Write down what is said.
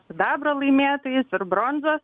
sidabro laimėtojais ir bronzos